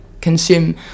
consume